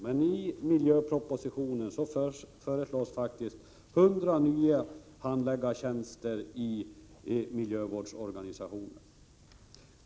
Men i miljöpropositionen föreslås faktiskt 100 nya handläggartjänster i miljövårdsorganisationen.